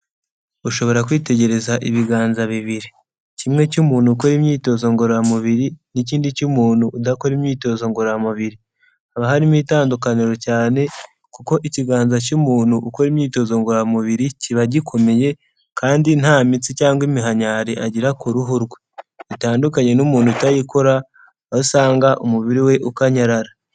Ushobora kwitegereza ibiganza bibiri, kimwe cy'umuntu ukora imyitozo ngororamubiri n'ikindi cy'umuntu udakora imyitozo ngororamubiri. Haba harimo itandukaniro cyane kuko ikiganza cy'umuntu ukora imyitozo ngororamubiri kiba gikomeye kandi nta mitsi, cyangwa iminkanyari agira ku ruhu rwe. Bitandukanye n'umuntu utayikora aho usanga umubiri we ukanyarara.